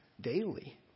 daily